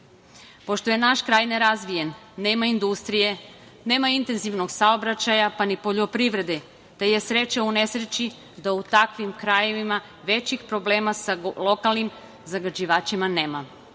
Pošto je naš kraj nerazvijen, nema industrije, nema intenzivnog saobraćaja, pa ni poljoprivredi, te je sreća u nesreći da u takvim krajevima većih problema sa lokalnim zagađivačima nema.